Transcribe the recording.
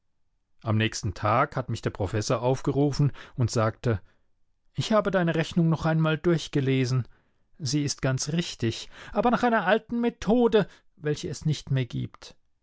am nächsten tag hat mich der professor aufgerufen und sagte ich habe deine rechnung noch einmal durchgelesen sie ist ganz richtig aber nach einer alten methode welche es nicht mehr gibt